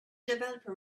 developer